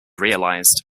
realized